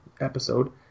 episode